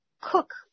cook